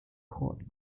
report